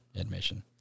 admission